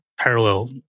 parallel